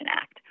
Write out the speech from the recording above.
Act